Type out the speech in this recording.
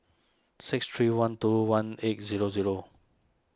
six three one two one eight zero zero